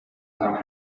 are